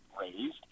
raised